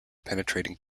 penetrating